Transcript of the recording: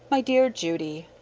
my dear judy!